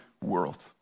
world